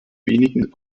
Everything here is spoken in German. wenigen